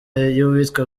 y’uwitwa